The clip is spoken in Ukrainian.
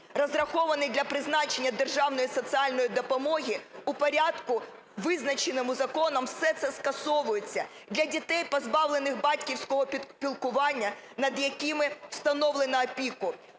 розрахований для призначення державної соціальної допомоги у порядку, визначеному законом, все це скасовується. Для дітей, позбавлених батьківського піклування, над якими встановлено опіку